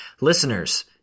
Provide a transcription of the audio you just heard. Listeners